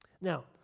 Now